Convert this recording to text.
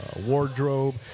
wardrobe